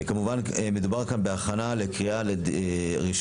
268/25. כמובן שמדובר כאן בדיון להכנה לקריאה ראשונה.